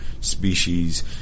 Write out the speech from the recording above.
species